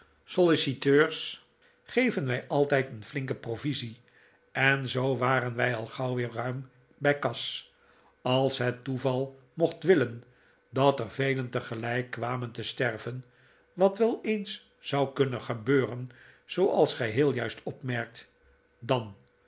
geven wij altijd een flinke provisie en zoo waren wij al gauw weer ruim bij kas als het toeval mocht willen dat er velen tegelijk kwamen te sterven wat wel eens zou kunnen gebeuren zoo als gij heel juist opmerkt dan